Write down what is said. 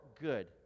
good